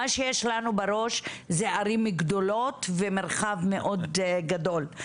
מה שיש לנו בראש זה ערים גדולות ומרחב מאוד גדול.